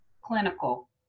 clinical